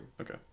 Okay